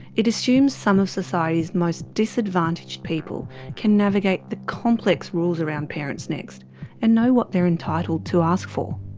it assumes some of society's most disadvantaged people can navigate the complex rules around parentsnext and know what they are entitled to ask for.